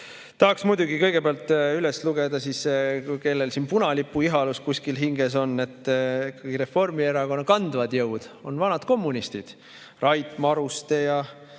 Tahaks muidugi kõigepealt üles lugeda [need], kellel siin punalipuihalus kuskil hinges on. Ikkagi Reformierakonna kandvad jõud on vanad kommunistid: Rait Maruste,